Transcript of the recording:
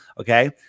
okay